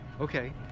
Okay